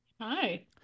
Hi